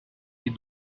est